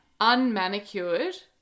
unmanicured